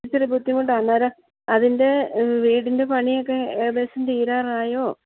ഇച്ചിരി ബുദ്ധിമുട്ടാണ് അന്നേരം അതിൻ്റെ വീടിൻ്റെ പണിയൊക്കെ ഏകദേശം തീരാറായോ